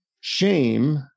shame